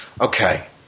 Okay